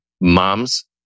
mom's